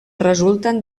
resulten